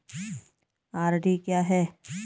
RD क्या है?